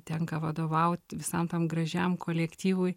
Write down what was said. tenka vadovaut visam tam gražiam kolektyvui